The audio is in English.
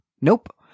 Nope